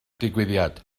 digwyddiad